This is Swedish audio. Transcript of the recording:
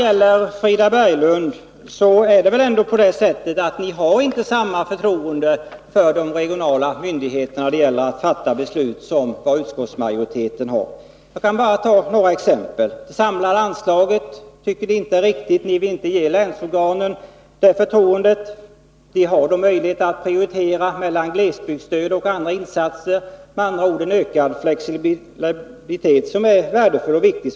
Till Frida Berglund vill jag säga att det väl ändå är så att ni inte har samma förtroende som utskottet för de regionala myndigheternas förmåga att fatta beslut. Låt mig ge några exempel. Ni vill inte ha det samlade länsanslaget. Ni vill inte ge länsorganen det förtroendet. De får ändå med majoritetens förslag möjlighet att prioritera mellan glesbygdsstöd och andra insatser. Det blir med andra ord en ökad flexibilitet, som enligt vår mening är värdefull och viktig.